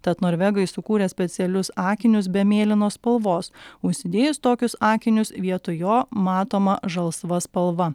tad norvegai sukūrė specialius akinius be mėlynos spalvos užsidėjus tokius akinius vietoj jo matoma žalsva spalva